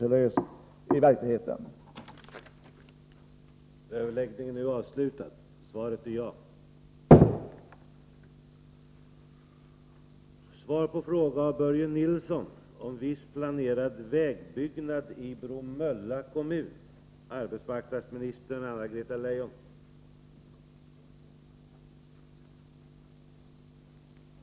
Det är ju i verkligheten helt betydelselöst.